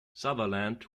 sutherland